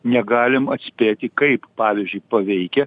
negalim atspėti kaip pavyzdžiui paveikia